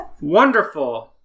Wonderful